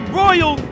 royal